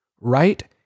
right